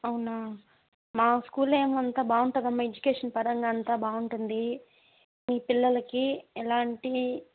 అవునా మా స్కూలే ఏమంతా బాగుంటుందమ్మా ఎడ్యుకేషన్ పరంగా అంతా బాగుంటుంది మీ పిల్లలకి ఎలాంటి